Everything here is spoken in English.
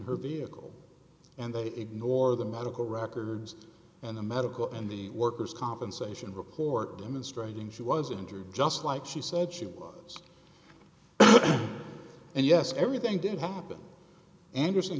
her vehicle and they ignore the medical records and the medical and the worker's compensation report demonstrating she was injured just like she said she was and yes everything did happen anderson